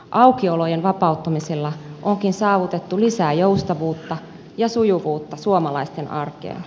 aukiolojen vapauttamisella onkin saavutettu lisää joustavuutta ja sujuvuutta suomalaisten arkeen